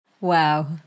Wow